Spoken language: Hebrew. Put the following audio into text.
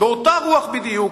באותה רוח בדיוק,